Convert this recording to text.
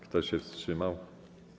Kto się wstrzymał?